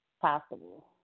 possible